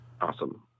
awesome